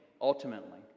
ultimately